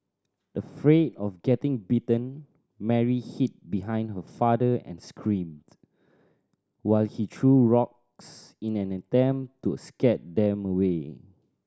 afraid of getting bitten Mary hid behind her father and screamed while he threw rocks in an attempt to scare them away